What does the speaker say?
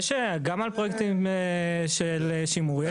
גם על פרויקטים של שימור, יש.